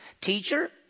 Teacher